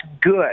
good